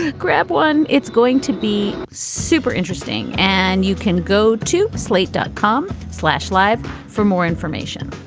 ah grab one. it's going to be super interesting. and you can go to slate dot com, slash live for more information